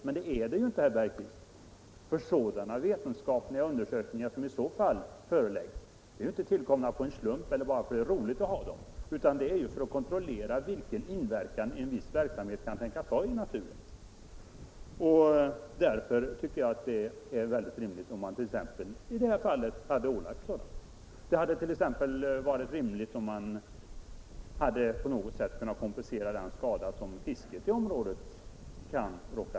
Men det är det ju inte, herr Bergqvist, för sådana Tisdagen den vetenskapliga undersökningar tillkommer inte på en slump eller därför 29 april 1975 att det är roligt att göra dem, utan det är för att kontrollera vilken inverkan en viss verksamhet kan tänkas ha på naturen. Därför tycker jag att det Granskning av hade varit rimligt om man i det här fallet hade föreskrivit en sådan statsrådens undersökning, t.ex. för att på något sätt söka kompensera för de skador tjänsteutövning som fisket i området kan lida.